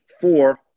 four